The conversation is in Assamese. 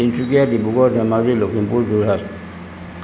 তিনিচুকীয়া ডিব্ৰুগড় ধেমাজি লখিমপুৰ যোৰহাট